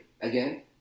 Again